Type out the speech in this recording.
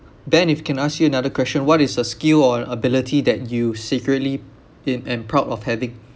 ben if I can ask you another question what is a skill or an ability that you secretly in and proud of having